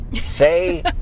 say